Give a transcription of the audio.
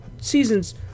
seasons